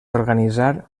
organitzar